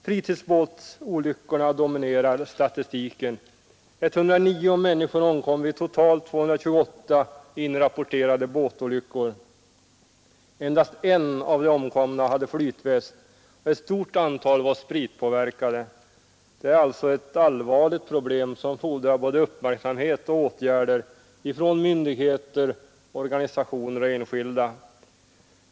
Fritidsbåtsolyckorna dominerar statistiken. 109 människor omkom vid totalt 228 inrapporterade båtolyckor. Endast en av de omkomna hade flytväst och ett stort antal var spritpåverkade. Det är alltså ett allvarligt problem som fordrar både uppmärksamhet och åtgärder från myndigheter, organisationer och enskilda.